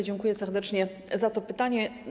Dziękuję serdecznie za to pytanie.